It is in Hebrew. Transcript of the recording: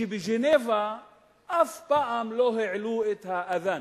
שבז'נבה אף פעם לא העלו את האַזַאן,